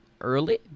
early